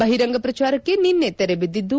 ಬಹಿರಂಗ ಪ್ರಚಾರಕ್ಕೆ ನಿನ್ನೆ ತೆರೆ ಬಿದ್ದಿದ್ದು